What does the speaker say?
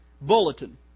Bulletin